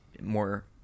more